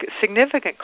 significant